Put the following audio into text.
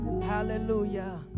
Hallelujah